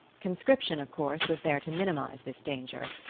conscription, of course, was there to minimize this danger.